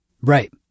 Right